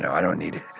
i don't need